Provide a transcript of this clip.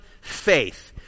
faith